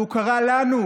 והוא קרא לנו,